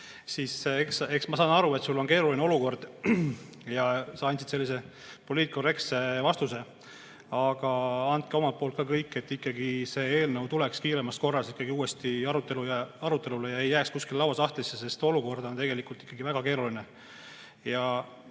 – eks ma saan aru, et sul on keeruline olukord –, siis sa andsid sellise poliitkorrektse vastuse. Aga andke omalt poolt ka kõik, et see eelnõu tuleks kiiremas korras ikkagi uuesti arutelule ega jääks kuskile lauasahtlisse, sest olukord on tegelikult väga keeruline.